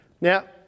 Now